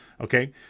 Okay